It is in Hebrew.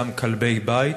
גם כלבי בית,